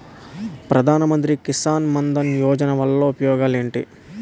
ప్రధాన మంత్రి కిసాన్ మన్ ధన్ యోజన వల్ల ఉపయోగాలు ఏంటి?